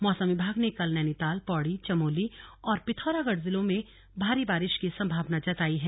मौसम विभाग ने कल नैनीताल पौड़ी चमोली और पिथौरागढ़ जिलों में भारी बारिश की संभावना जताई है